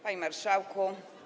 Panie Marszałku!